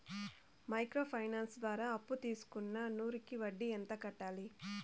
Micro finance ద్వారా అప్పును తీసుకున్న నూరు కి వడ్డీ ఎంత కట్టాలి?